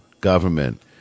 government